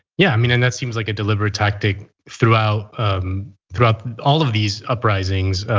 yeah, i mean, and that seems like a deliberate tactic throughout throughout all of these uprisings,